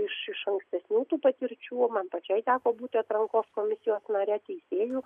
iš iš ankstesnių patirčių man pačiai teko būti atrankos komisijos nare teisėjų